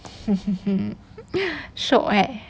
mm mm mm shiok right